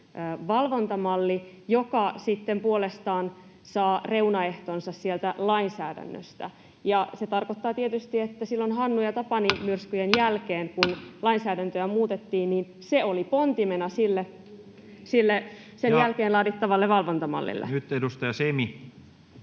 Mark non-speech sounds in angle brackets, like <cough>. valvontamalli, joka sitten puolestaan saa reunaehtonsa sieltä lainsäädännöstä. Ja se tarkoittaa tietysti, että silloin Hannu- ja Tapani-myrskyjen jälkeen, <noise> kun lainsäädäntöä muutettiin, se oli pontimena sille sen jälkeen laaditulle valvontamallille. [Speech